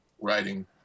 writing